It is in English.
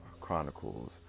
Chronicles